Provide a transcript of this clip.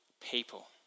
people